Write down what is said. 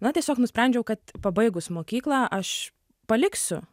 na tiesiog nusprendžiau kad pabaigus mokyklą aš paliksiu